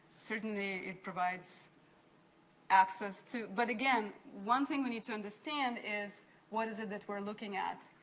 certainly, it provides access too. but again, one thing we need to understand is what is it it we're looking at?